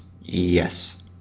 Yes